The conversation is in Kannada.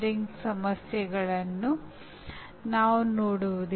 ನಾವು ಈ ವಿಷಯಗಳನ್ನು ಅನ್ವೇಷಿಸಲು ಹೋಗುವುದಿಲ್ಲ